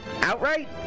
Outright